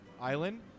island